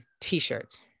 t-shirts